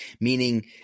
Meaning